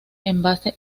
envase